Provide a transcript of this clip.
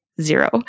zero